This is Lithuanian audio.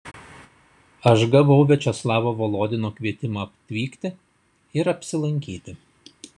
aš gavau viačeslavo volodino kvietimą atvykti ir apsilankyti